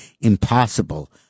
impossible